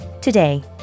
Today